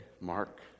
Mark